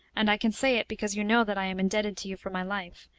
and i can say it because you know that i am indebted to you for my life,